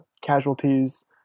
casualties